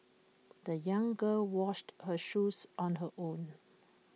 the young girl washed her shoes on her own